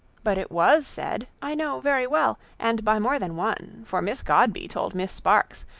but it was said, i know, very well, and by more than one for miss godby told miss sparks,